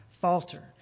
falter